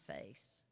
face